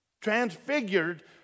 transfigured